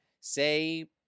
say